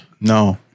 No